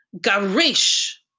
garish